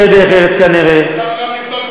יותר מכל משרד ומכל שר אחר.